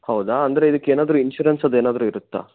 ಹೌದಾ ಅಂದರೆ ಇದಕ್ಕೆ ಏನಾದರೂ ಇನ್ಶೂರೆನ್ಸ್ ಅದು ಏನಾದರೂ ಇರುತ್ತಾ